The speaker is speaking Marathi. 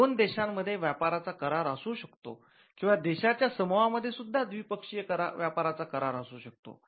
दोन देशांमध्ये व्यापाराचा करार असू शकतो किंवा देशाच्या समूहांमध्ये सुद्धा द्विपक्षीय व्यापाराचा करार असू शकतो